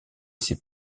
ses